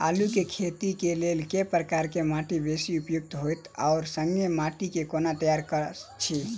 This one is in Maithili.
आलु केँ खेती केँ लेल केँ प्रकार केँ माटि बेसी उपयुक्त होइत आ संगे माटि केँ कोना तैयार करऽ छी?